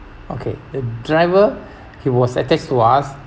okay the driver he was attached to us